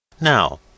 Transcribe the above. Now